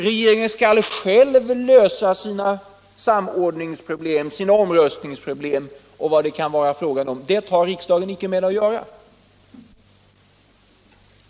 Regeringen skall själv lösa sina samordningsproblem, sina omröstningsproblem och vad det kan vara fråga om — det har riksdagen icke med att göra.